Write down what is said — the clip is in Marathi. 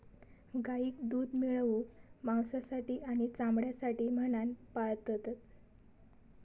गाईक दूध मिळवूक, मांसासाठी आणि चामड्यासाठी म्हणान पाळतत